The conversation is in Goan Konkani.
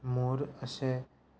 मोर अशे